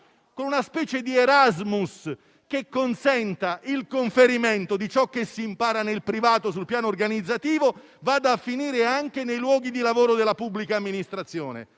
con una specie di Erasmus, facendo in modo che ciò che si impara nel privato, sul piano organizzativo, vada a finire anche nei luoghi di lavoro della pubblica amministrazione.